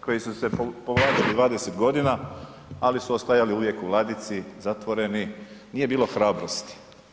koji su se povlačili 20.g., ali su ostajali uvijek u ladici zatvoreni, nije bilo hrabrosti.